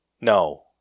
No